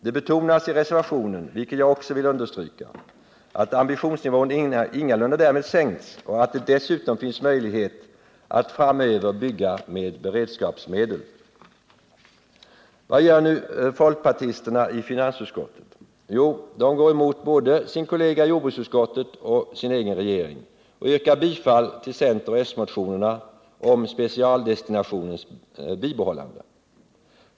Det betonas i reservationen, vilket jag också vill understryka, att ambitionsnivån ingalunda därmed sänks och att det dessutom finns möjlighet att framöver bygga med beredskapsmedel. Vad gör nu folkpartisterna i finansutskottet? Jo, de går emot både sin kollega i jordbruksutskottet och sin egen regering och yrkar bifall till coch s-motionerna om specialdestinationens bibehållande.